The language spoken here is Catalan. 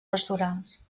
pastorals